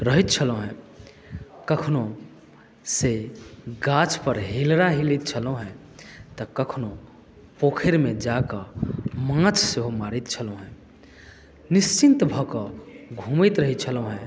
रहैत छलहुँ हँ कखनहुँ से गाछ पर हीलरा हीलैत छलहुँ हँ तऽ कखनहुँ पोखरिमे जाकऽ माछ सेहो मारैत छलहुँ निश्चिन्त भऽ कऽ घुमैत रहैत छलहुँ हँ